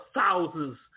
thousands